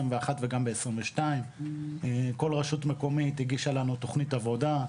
וגם 2022. כל רשות מקומית הגישה לנו תכנית עבודה.